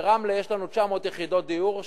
ברמלה יש לנו 900 יחידות דיור,